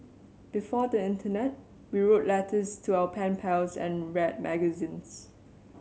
before the internet we wrote letters to our pen pals and read magazines